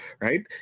right